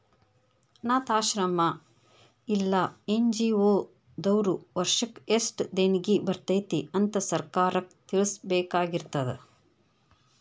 ಅನ್ನಾಥಾಶ್ರಮ್ಮಾ ಇಲ್ಲಾ ಎನ್.ಜಿ.ಒ ದವ್ರು ವರ್ಷಕ್ ಯೆಸ್ಟ್ ದೇಣಿಗಿ ಬರ್ತೇತಿ ಅಂತ್ ಸರ್ಕಾರಕ್ಕ್ ತಿಳ್ಸಬೇಕಾಗಿರ್ತದ